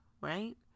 right